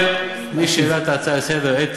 מי שהעלה את ההצעה לסדר-היום,